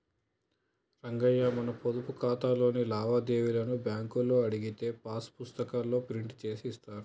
రంగయ్య మన పొదుపు ఖాతాలోని లావాదేవీలను బ్యాంకులో అడిగితే పాస్ పుస్తకాల్లో ప్రింట్ చేసి ఇస్తారు